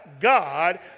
God